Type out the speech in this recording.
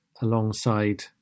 alongside